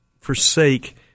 forsake